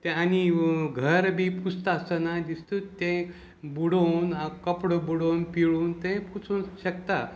तें आनी घर बी पुसता आसतना जस्त ते बुडोवन कपडो बुडोवन पिळोवन तें पुसूंक शेकता